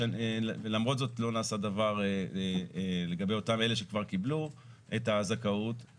למרות זאת לא נעשה דבר לגבי אותם אלה שכבר קיבלו את הזכאות,